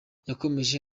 yakomeje